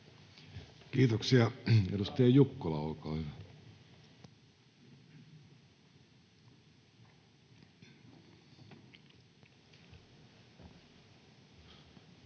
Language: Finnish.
Kiitoksia. — Edustaja Jukkola, olkaa hyvä.